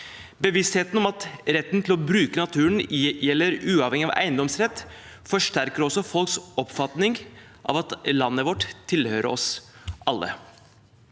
Bevisstheten om at retten til å bruke naturen gjelder uavhengig av eiendomsrett, forsterker også folks oppfatning av at landet vårt tilhører oss alle.